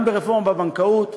עשה, גם ברפורמה בבנקאות,